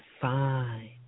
fine